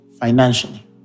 financially